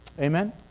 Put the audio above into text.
Amen